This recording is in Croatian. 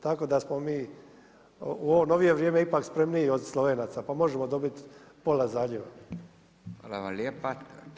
Tako da smo mi u ovo novije vrijeme ipak spremniji od Slovenaca pa možemo dobiti pola zaljeva.